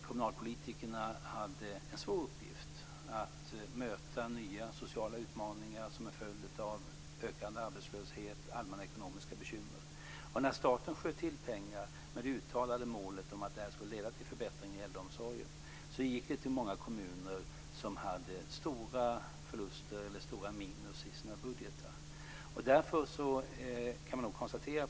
Kommunpolitikerna hade en svår uppgift att möta nya sociala utmaningar som en följd av ökande arbetslöshet och allmänna ekonomiska bekymmer. När staten sköt till pengar med det uttalade målet att de skulle leda till förbättringar i äldreomsorgen gick medlen till många kommuner som hade stora förluster eller stora minus i sina budgetar.